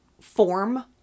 form